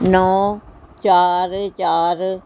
ਨੌਂ ਚਾਰ ਚਾਰ